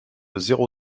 zéro